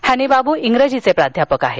हॅनी बाब्र इंग्रजीचे प्राध्यापक आहेत